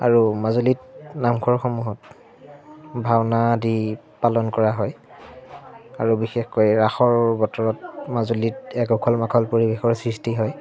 আৰু মাজুলীত নামঘৰসমূহত ভাওনা আদি পালন কৰা হয় আৰু বিশেষকৈ ৰাসৰ বতৰত মাজুলীত এক উখল মাখল পৰিৱেশৰ সৃষ্টি হয়